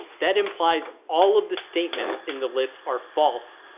that implies all of the statements in the list are false,